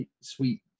Sweet